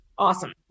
awesome